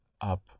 up